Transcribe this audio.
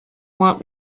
want